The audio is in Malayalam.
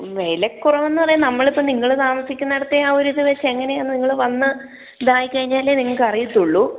വിലക്കുറവെന്ന് പറയുന്നത് നമ്മളിപ്പം നിങ്ങൾ താമസിക്കുന്നിടത്തെ ആ ഒരു ഇത് വെച്ച് എങ്ങനെയാണ് നിങ്ങൾ വന്ന് ഇതായി കഴിഞ്ഞാലേ നിങ്ങൾക്ക് അറിയത്തുള്ളൂ